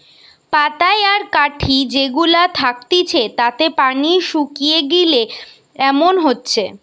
পাতায় আর কাঠি যে গুলা থাকতিছে তাতে পানি শুকিয়ে গিলে এমন হচ্ছে